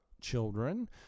children